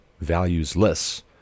values-less